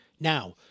Now